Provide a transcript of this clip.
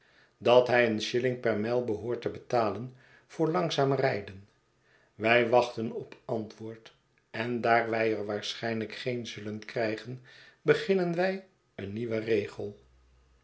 dat hij een shilling per mijl behoort te betalen voor langzaam rijden wij wachten op antwoord en daar wij er waarschijnlijk geen zullen krijgen beginnen wij een nieuwen regel